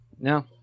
No